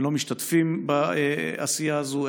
הם לא משתתפים בעשייה הזו.